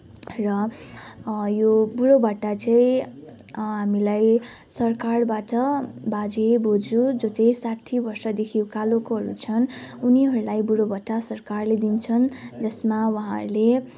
र यो बुढो भत्ता चाहिँ हामीलाई सरकारबाट बाजे बोज्यू जो चाहिँ साठी वर्षदेखि उकालोकोहरू छन् उनीहरूलाई बुढो भत्ता सरकारले दिन्छन् जसमा उहाँहरूले